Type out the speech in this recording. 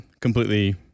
completely